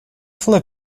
flip